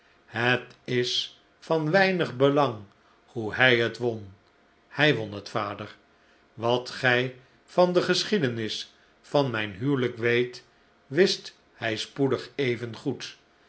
het is vanweinig belang hoe hij het won hij won het vader wat gij van de geschiedenis van mijn huwelijk weet wist hij spoedig evengoed